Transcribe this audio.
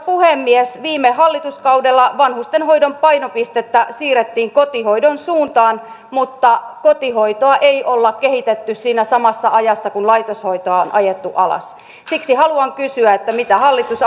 puhemies viime hallituskaudella vanhustenhoidon painopistettä siirrettiin kotihoidon suuntaan mutta kotihoitoa ei ole kehitetty siinä samassa ajassa kuin laitoshoitoa on ajettu alas siksi haluan kysyä mitä hallitus